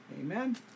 Amen